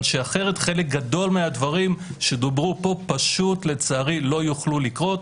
שאחרת חלק גדול מהדברים שדוברו כאן פשוט לצערי לא יוכלו לקרות.